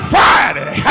Friday